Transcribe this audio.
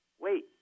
wait